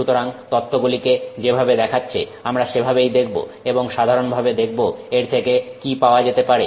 সুতরাং তথ্যগুলিকে যেভাবে দেখাচ্ছে আমরা সেভাবেই দেখব এবং সাধারণভাবে দেখব এর থেকে কি পাওয়া যেতে পারে